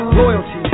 loyalty